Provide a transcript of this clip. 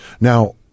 now